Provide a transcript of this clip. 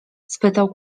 spytał